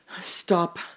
stop